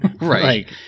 Right